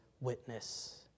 witness